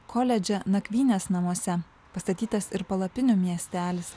koledže nakvynės namuose pastatytas ir palapinių miestelis